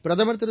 பிரதமர் திரு